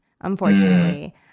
Unfortunately